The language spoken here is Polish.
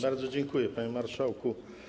Bardzo dziękuję, panie marszałku.